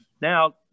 now